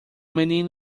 menino